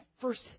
first